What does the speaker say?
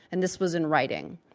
and this was in writing.